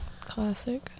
Classic